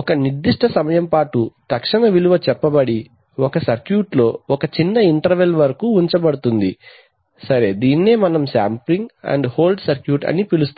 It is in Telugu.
ఒక నిర్దిష్ట సమయం పాటు తక్షణ విలువ చెప్పబడి ఒక సర్క్యూట్లో ఒక చిన్న ఇంటర్వల్ వరకు ఉంచబడుతుంది సరే దీనిని శాంపిల్ అండ్ హోల్డ్ అని పిలుస్తారు